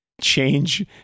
change